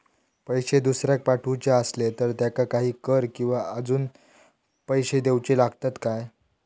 पैशे दुसऱ्याक पाठवूचे आसले तर त्याका काही कर किवा अजून पैशे देऊचे लागतत काय?